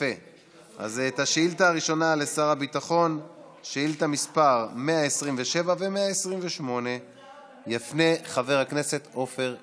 את שאילתות מס' 127 ו-128 יפנה חבר הכנסת עופר כסיף.